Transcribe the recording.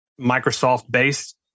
Microsoft-based